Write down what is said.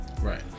Right